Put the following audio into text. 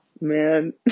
man